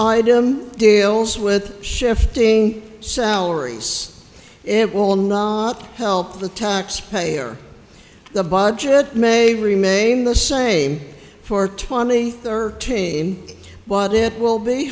item deals with shifting salaries it will not help the taxpayer the budget may remain the same for twenty thirteen but it will be